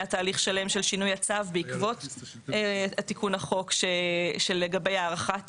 היה תהליך שלם של שינוי הצו בעקבות תיקון החוק לגבי הארכת